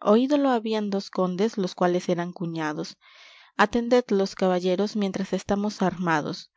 oídolo habían dos condes los cuales eran cuñados atended los caballeros mientras estamos armados